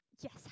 Yes